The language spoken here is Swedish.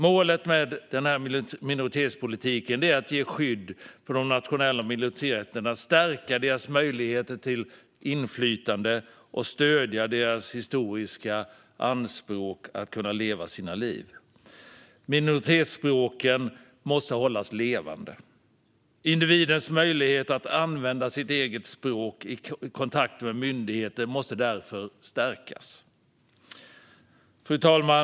Målet med minoritetspolitiken är att ge skydd för de nationella minoriteterna, att stärka deras möjligheter till inflytande och att stödja deras historiska anspråk på att kunna leva sina liv. Minoritetsspråken måste hållas levande. Individens möjligheter att använda sitt eget språk i kontakten med myndigheter måste därför stärkas. Fru talman!